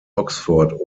oxford